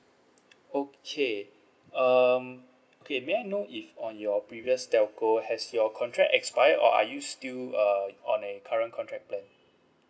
okay um okay may I know if on your previous telco has your contract expired or are you still uh on a current contractor